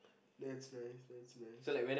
that's nice that's nice